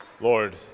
Lord